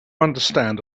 understand